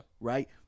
Right